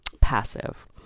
passive